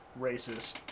racist